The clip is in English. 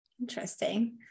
Interesting